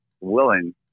willing